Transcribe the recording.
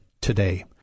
today